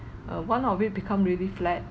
uh one of it become really flat